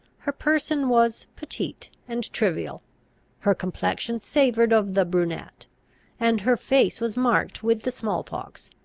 her person was petite and trivial her complexion savoured of the brunette and her face was marked with the small-pox,